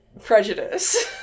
Prejudice